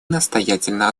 настоятельно